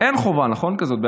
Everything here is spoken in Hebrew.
אין חובה כזאת, נכון?